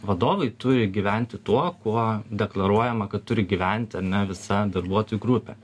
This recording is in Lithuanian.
vadovai turi gyventi tuo kuo deklaruojama kad turi gyventi ar ne visa darbuotojų grupė